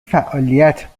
فعالیت